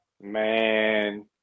Man